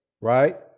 right